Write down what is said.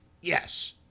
Yes